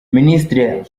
minisitiri